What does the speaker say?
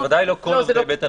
זה בוודאי לא כל עובדי בית הנשיא.